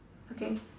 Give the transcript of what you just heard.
okay